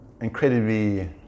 incredibly